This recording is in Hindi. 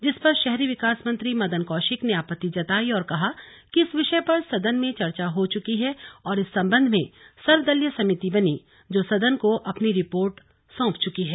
जिस पर शहरी विकास मंत्री मदन कौशिक ने आपत्ति जताई और कहा कि इस विषय पर सदन में चर्चा हो चुकी है और इस संबंध में सर्वदलीय समिति बनी जो सदन को अपनी रिपोर्ट सौंप चुकी है